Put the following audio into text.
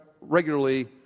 regularly